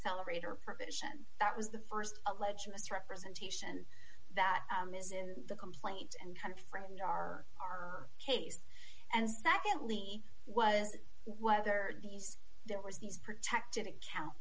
decelerator provision that was the st alleged misrepresentation that is in the complaint and kind of friend are our case and secondly was whether these there was these protected account